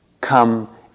come